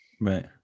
right